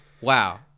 Wow